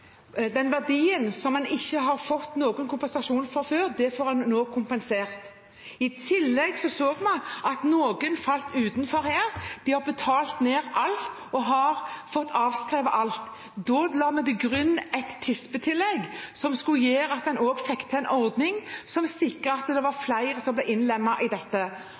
den verdien som en ikke har fått noen kompensasjon for før. Det får en nå kompensert. I tillegg så vi at noen falt utenfor her. De har betalt ned alt og fått avskrevet alt. Da la vi til grunn et tispetillegg som skulle gjøre at en fikk en ordning som sikret at flere ble innlemmet i den. Så la en til omstillingsmidler, og i komiteen la en til for dem som